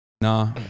Nah